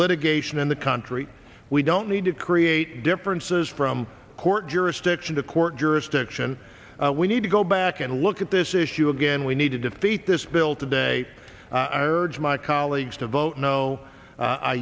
litigation in the country we don't need to create differences from court jurisdiction to court jurisdiction we need to go back and look at this issue again we need to defeat this bill today i urge my colleagues to vote no